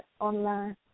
online